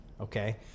Okay